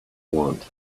want